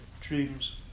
dreams